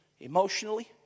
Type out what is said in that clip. emotionally